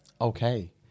Okay